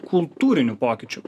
kultūrinių pokyčių